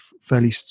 fairly